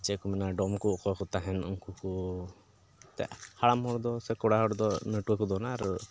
ᱪᱮᱫ ᱠᱚ ᱢᱮᱱᱟ ᱰᱚᱢ ᱠᱚ ᱚᱠᱚᱭ ᱠᱚ ᱛᱟᱦᱮᱱ ᱩᱱᱠᱩ ᱠᱚ ᱮᱱᱛᱮᱫ ᱦᱟᱲᱟᱢ ᱦᱚᱲ ᱥᱮ ᱠᱚᱲᱟ ᱦᱚᱲ ᱫᱚ ᱱᱟᱹᱴᱩᱣᱟᱹ ᱠᱚ ᱫᱚᱱᱟ ᱟᱨ